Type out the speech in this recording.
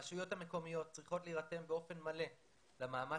הרשויות המקומיות צריכות להירתם באופן מלא למאמץ